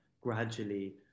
gradually